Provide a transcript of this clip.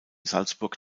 salzburg